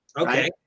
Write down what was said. Okay